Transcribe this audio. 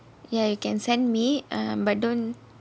ya you can send me but don't